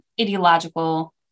Ideological